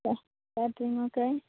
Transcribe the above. കാറ്ററിങ്ങൊക്കെ